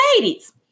ladies